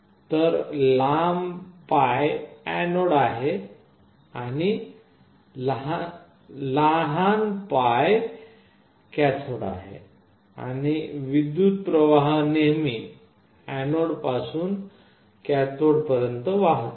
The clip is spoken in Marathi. तर लांब पाय एनोड आहे आणि लहान पाय कॅथोड आहे आणि विद्युत प्रवाह नेहमी एनोडपासून कॅथोडपर्यंत वाहतो